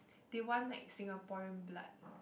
they want like Singaporean blood